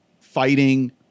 fighting